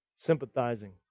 sympathizing